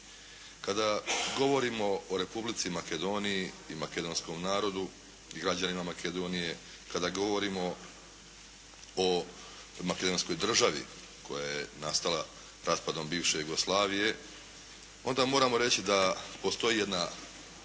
Kada govorimo o Republici Makedoniji i makedonskom narodu i građanima Makedonije, kada govorimo o Makedonskoj državi koja je nastala raspadom bivše Jugoslavije onda moramo reći da postoji jedna